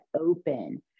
open